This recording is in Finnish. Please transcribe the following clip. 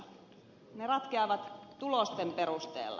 ne ratkeavat tulosten perusteella